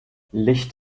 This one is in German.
licht